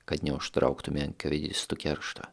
kad neužtrauktume enkavedistų keršto